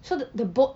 so the the boat